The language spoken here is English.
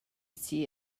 see